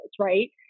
right